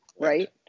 Right